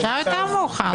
אפשר יותר מאוחר.